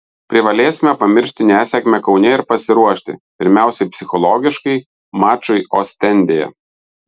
privalėsime pamiršti nesėkmę kaune ir pasiruošti pirmiausiai psichologiškai mačui ostendėje